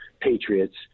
Patriots